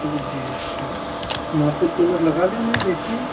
جی اچھا مناسب قیمت لگا لیجیے دیکھیے